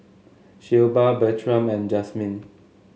Shelba Bertram and Jazmyne